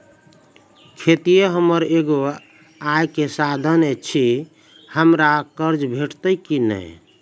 खेतीये हमर एगो आय के साधन ऐछि, हमरा कर्ज भेटतै कि नै?